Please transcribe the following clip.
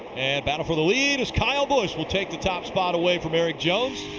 and battle for the lead as kyle busch will take the top spot away from erik jones.